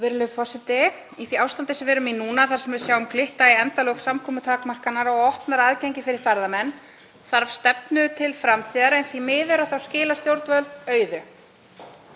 Virðulegur forseti. Í því ástandi sem við erum núna, þegar við sjáum glitta í endalok samkomutakmarkana og opnara aðgengi fyrir ferðamenn, þarf stefnu til framtíðar, en því miður skila stjórnvöld auðu.